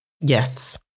Yes